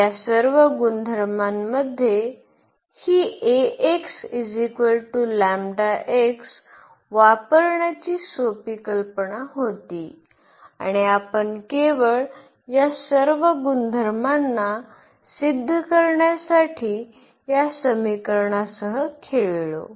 तर या सर्व गुणधर्मांमध्ये ही वापरण्याची सोपी कल्पना होती आणि आपण केवळ या सर्व गुणधर्मांना सिद्ध करण्यासाठी या समीकरणासह खेळलो